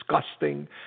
disgusting